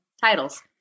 titles